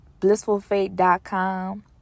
blissfulfate.com